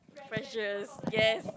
pressures yes